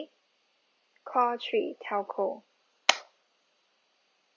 okay call three telco